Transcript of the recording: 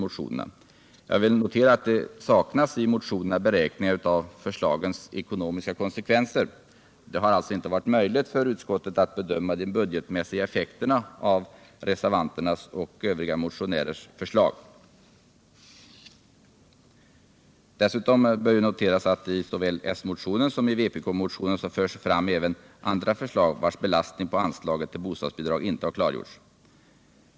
Det bör i sammanhanget = Ökat stöd till noteras att det i motionerna saknas beräkningar av förslagens ekonomiska = barnfamiljerna, konsekvenser. Det har alltså inte varit möjligt för utskottet att bedöma = m.m. de budgetmässiga effekterna av reservanternas och övriga motionärers förslag. Dessutom bör noteras att i såväl den socialdemokratiska motionen som i vpk-motionen förs fram även andra förslag, vilkas belastning på anslaget till bostadsbidrag inte klargjorts.